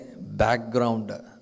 background